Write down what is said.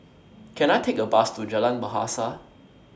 Can I Take A Bus to Jalan Bahasa